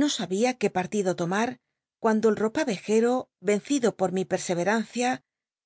no sabia qué partido tomar cuando el ropavejero vencido pot mi perseverancia